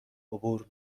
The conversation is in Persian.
عبور